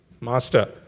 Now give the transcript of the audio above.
master